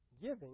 giving